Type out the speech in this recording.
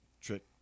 trick